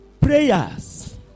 prayers